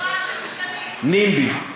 NIMBY,